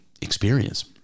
experience